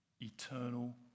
Eternal